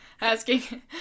asking